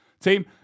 Team